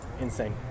insane